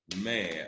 Man